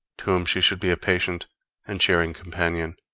to whom she should be a patient and cheering companion.